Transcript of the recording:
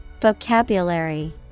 Vocabulary